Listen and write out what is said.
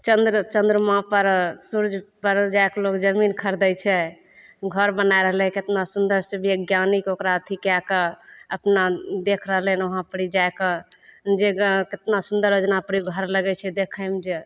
चन्द्र चन्द्रमापर सूर्यपर जाके लोग जमीन खरिदै छै घर बनै रहलै कतना सुन्दरसे वैज्ञानिक ओकरा अथी कै के अपना देखि रहलै हँ वहाँपर जाके जे कतना सुन्दर ओहि जिनापर घर लागै छै देखैमे जे